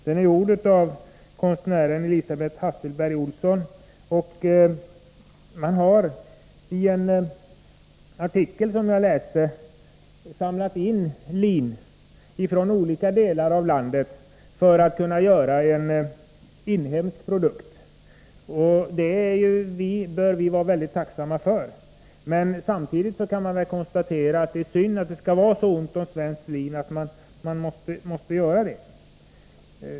Den är gjord av konstnären Elisabeth Hasselberg Olsson, och man har, enligt en artikel som jag läst, samlat in lin från olika delar av landet för att kunna göra en inhemsk vara. Det bör vi vara mycket tacksamma för, men samtidigt kan vi konstatera att det är synd att det skall vara så ont om svenskt lin att man måste göra på detta sätt.